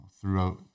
throughout